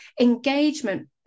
engagement